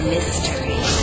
Mystery